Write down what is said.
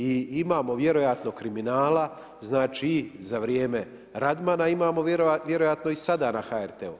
I imamo vjerojatno kriminala, znači i za vrijeme Radmana, imamo vjerojatno i sada na HRT-u.